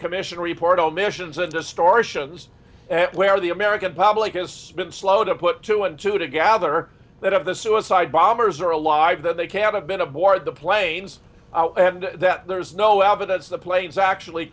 commission report on missions and distortions where the american public has been slow to put two and two to gather that of the suicide bombers are alive that they can't have been aboard the planes and that there is no evidence the planes actually